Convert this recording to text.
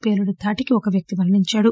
పేలుడు ధాటికి ఒక వ్యక్తి మరణిందాడు